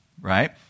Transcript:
right